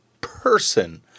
person